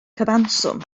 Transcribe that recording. cyfanswm